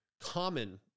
common